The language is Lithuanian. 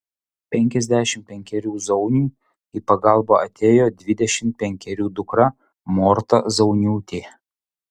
penkiasdešimt penkerių zauniui į pagalbą atėjo dvidešimt penkerių dukra morta zauniūtė